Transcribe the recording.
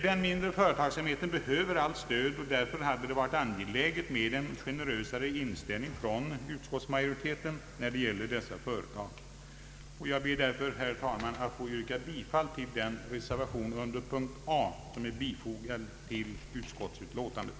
Den mindre företagsamheten behöver allt stöd, och därför hade det varit angeläget med en generösare inställning från utskottets socialdemokratiska majoritet när det gäller dessa företag. Herr talman! Jag ber att få yrka bifall till den reservation som under punkten A är fogad till utskottsutlåtandet.